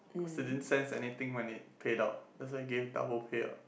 cause you didn't sense anything when it paid out that's why gave double payout